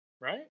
right